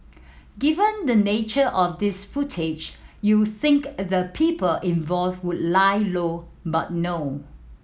given the nature of this footage you think the people involved would lie low but no